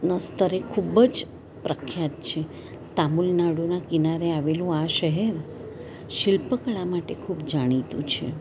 સ્તરે ખૂબ જ પ્રખ્યાત છે તમિલનાડુના કિનારે આવેલું આ શહેર શિલ્પ કલા માટે ખૂબ જાણીતું છે